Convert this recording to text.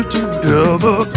together